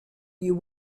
you